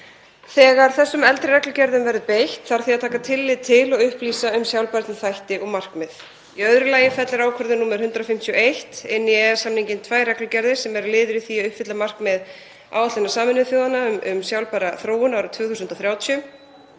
Þegar þessum eldri reglugerðum verður beitt þarf því að taka tillit til og upplýsa um sjálfbærniþætti og markmið. Í öðru lagi fellir ákvörðun nr. 151 inn í EES-samninginn tvær reglugerðir sem eru liður í því að uppfylla markmið áætlunar Sameinuðu þjóðanna um sjálfbæra þróun árið 2030.